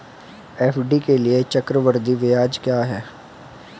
FD के लिए चक्रवृद्धि ब्याज क्या है?